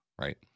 right